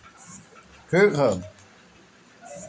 मगर कुछ तअ मानको मे अंतर बाटे